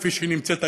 כפי שהיא נמצאת היום,